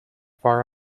far